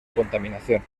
contaminación